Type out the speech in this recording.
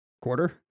Quarter